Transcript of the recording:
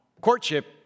courtship